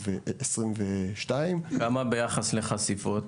כמה פוליסות ביחס לחשיפות?